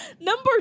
number